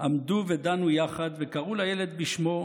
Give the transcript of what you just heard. עמדו ודנו יחד וקראו לילד בשמו,